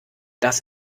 dass